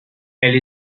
elle